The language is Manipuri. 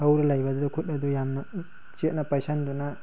ꯍꯧꯔ ꯂꯩꯕꯗꯨ ꯈꯨꯠ ꯑꯗꯨ ꯌꯥꯝꯅ ꯆꯦꯠꯅ ꯄꯥꯏꯁꯟꯗꯨꯅ